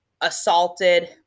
assaulted